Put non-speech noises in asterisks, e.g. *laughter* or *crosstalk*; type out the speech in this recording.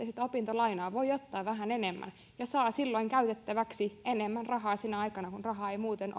*unintelligible* sitä opintolainaa voi ottaa vähän enemmän ja saa silloin käytettäväksi enemmän rahaa sinä aikana kun rahaa ei muuten *unintelligible*